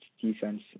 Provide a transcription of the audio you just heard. defense